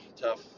Tough